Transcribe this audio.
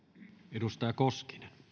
arvoisa